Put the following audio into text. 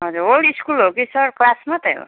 ए whole school हो कि sir class मात्रै हो